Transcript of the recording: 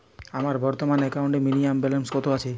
আমার বর্তমান একাউন্টে মিনিমাম ব্যালেন্স কত আছে?